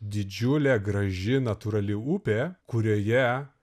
didžiulė graži natūrali upė kurioje